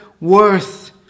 worth